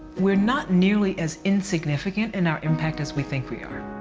we are not nearly as insignificant in our impact as we think we are.